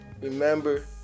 Remember